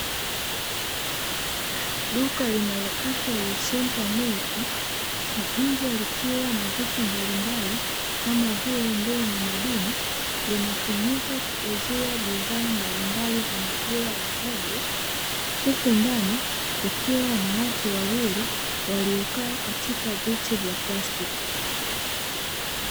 Duka linaloitwa 'Yusinta milki' kwa nje likiwa na vitu mbalimbali, kama vile ndoo na madumu linatumika kuuzia bidhaa mbalimbali za maziwa ya ng'ombe huku ndani kukiwa na watu wawili waliokaa katika viti ya plastiki.